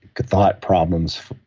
thought problems,